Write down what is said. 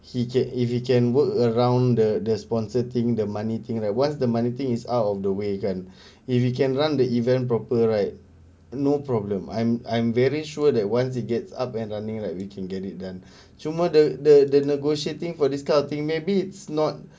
he can if we can work around the the sponsor thing the money thing like once the money thing is out of the way kan if he can run the event proper right no problem I'm I'm very sure that once it gets up and running like we can get it done cuma the the the negotiating for this kind of thing maybe it's not